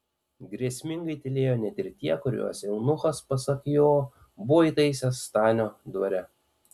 grėsmingai tylėjo net ir tie kuriuos eunuchas pasak jo buvo įtaisęs stanio dvare